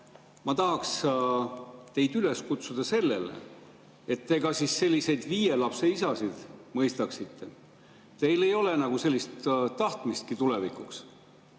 ma tahaksin teid üles kutsuda sellele, et te ka selliseid viie lapse isasid mõistaksite. Teil ei ole nagu sellist tahtmistki tulevikuks.